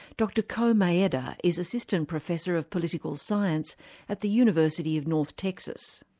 dr ko maeda is assistant professor of political science at the university of north texas.